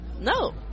No